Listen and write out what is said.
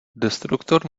destruktor